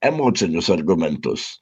emocinius argumentus